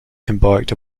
embarked